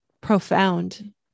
profound